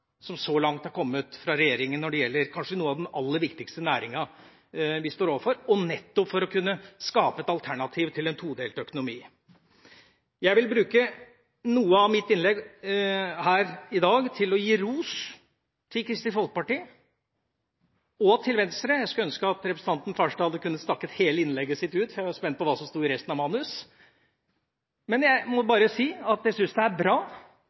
som så langt er kommet fra regjeringa når det gjelder en av de kanskje aller viktigste næringene vi står overfor, nettopp for å kunne skape et alternativ til en todelt økonomi. Jeg vil bruke noe av mitt innlegg her i dag til å gi ros til Kristelig Folkeparti og til Venstre – jeg skulle ønske at representanten Farstad hadde kunnet snakket hele innlegget sitt ut, for jeg er spent på hva som sto i resten av manus. Men jeg må bare si at jeg syns det er bra